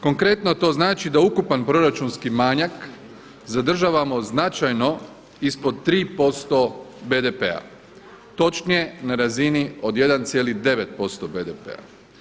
Konkretno to znači da ukupan proračunski manjak zadržavamo značajno ispod 3% BDP-a, točnije na razini od 1,9% BDP-a.